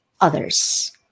others